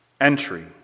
entry